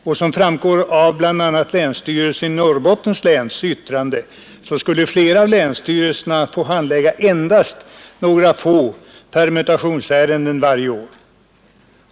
Såsom framgår av bl.a. länsstyrelsens i Norrbottens län yttrande skulle flera av länsstyrelserna få handlägga endast några få permutationsärenden varje år.